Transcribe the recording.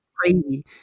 crazy